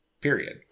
period